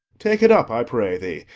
take it up, i pray thee,